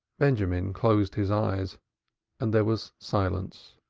benjamin closed his eyes and there was silence.